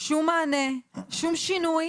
שום מענה, שום שינוי